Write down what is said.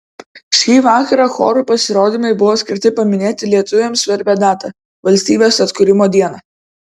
šį vakarą chorų pasirodymai buvo skirti paminėti lietuviams svarbią datą valstybės atkūrimo dieną